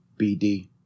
BD